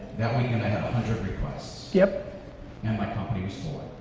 that week and i had one hundred requests yeah and my company soared.